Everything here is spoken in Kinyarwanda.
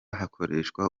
hakoreshwa